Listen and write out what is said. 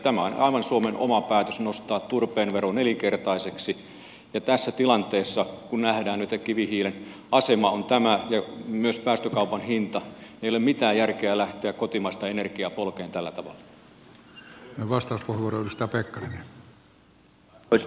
tämä on aivan suomen oma päätös nostaa turpeen vero nelinkertaiseksi ja tässä tilanteessa kun nähdään että kivihiilen asema on tämä ja myös päästökaupan hinta ei ole mitään järkeä lähteä kotimaista energiaa polkemaan tällä tavalla